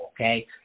okay